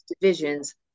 divisions